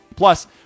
Plus